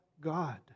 God